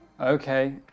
Okay